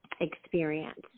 experience